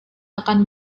akan